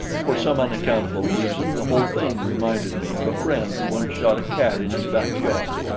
for some unaccountable reason the whole thing reminded me of a friend who once shot a cat in his backyard.